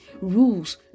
rules